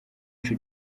ico